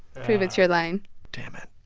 prove it's your line damn it.